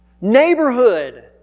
Neighborhood